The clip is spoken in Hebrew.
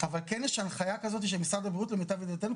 אבל כן יש הנחיה כזאת של משרד למיטב ידיעתנו,